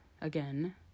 again